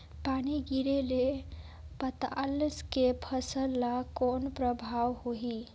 पानी गिरे ले पताल के फसल ल कौन प्रभाव होही?